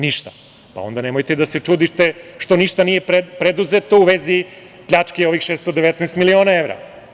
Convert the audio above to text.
Ništa i onda nemojte da se čudite što ništa nije preduzeto u vezi pljačke ovih 619 miliona evra.